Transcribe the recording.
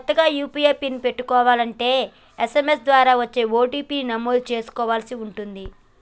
కొత్తగా UPI PIN పెట్టుకోలంటే SMS ద్వారా వచ్చే ఓ.టీ.పీ ని నమోదు చేసుకోవలసి ఉంటుంది